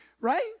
Right